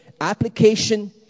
application